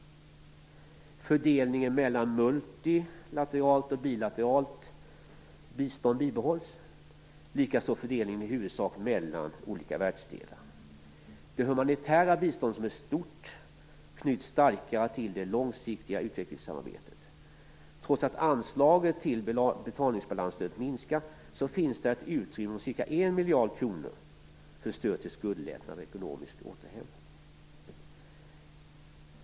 Fördelningen mellan multilateralt och bilateralt bistånd bibehålls, likaså i huvudsak fördelningen mellan olika världsdelar. Det humanitära biståndet, som är stort, knyts starkare till det långsiktiga utvecklingssamarbetet. Trots att anslaget till betalningsbalansstödet minskar, finns det ett utrymme om ca 1 miljard kronor för stöd till skuldlättnad och ekonomisk återhämtning.